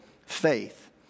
Faith